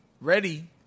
ready